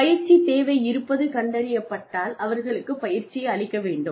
பயிற்சி தேவை இருப்பது கண்டறியப்பட்டால் அவர்களுக்கு பயிற்சி அளிக்க வேண்டும்